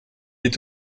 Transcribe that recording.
est